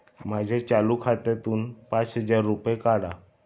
माझ्या चालू खात्यातून पाच हजार रुपये काढा